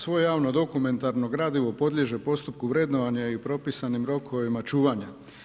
Svo javno dokumentarno gradivo podliježe postupku vrednovanja i propisanim rokovima čuvanja.